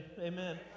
amen